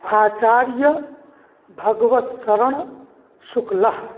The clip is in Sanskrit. आचार्यभगवत् शरणशुक्लः